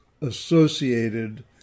associated